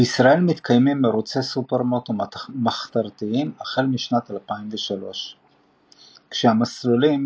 בישראל מתקיימים מרוצי סופרמוטו מחתרתיים החל משנת 2003. כשהמסלולים,